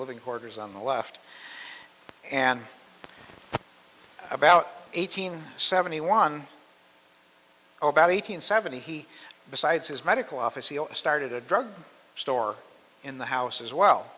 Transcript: living quarters on the left and about eighteen seventy one oh about eight hundred seventy he besides his medical office he started a drug store in the house as well